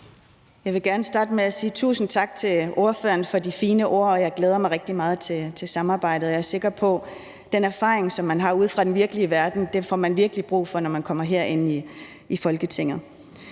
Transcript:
Jeg vil gerne starte med at sige tusind tak til ordføreren for de fine ord, og jeg glæder mig rigtig meget til samarbejdet, og jeg er sikker på, at den erfaring, som man har ude fra den virkelige verden, får man virkelig brug for, når man kommer herind i Folketinget.